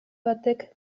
batek